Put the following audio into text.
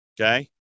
okay